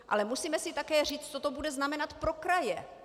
Ale musíme si také říct, co to bude znamenat pro kraje.